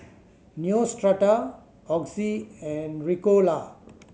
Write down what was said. Neostrata Oxy and Ricola